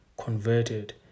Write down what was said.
converted